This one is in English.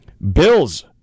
Bills